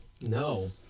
No